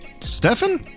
Stefan